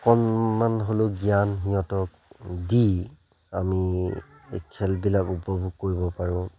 অকণমান হ'লেও জ্ঞান সিহঁতক দি আমি এই খেলবিলাক উপভোগ কৰিব পাৰোঁ